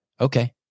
Okay